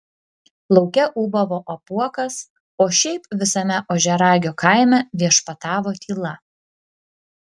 lauke ūbavo apuokas o šiaip visame ožiaragio kaime viešpatavo tyla